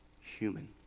human